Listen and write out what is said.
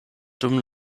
dum